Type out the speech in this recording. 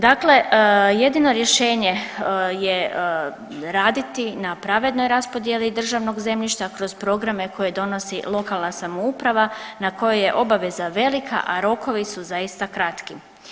Dakle, jedino rješenje je raditi na pravednoj raspodjeli državnog zemljišta kroz programe koje donosi lokalna samouprava na koje je obaveza velika, a rokovi su zaista kratki.